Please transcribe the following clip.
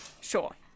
Sure